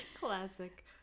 classic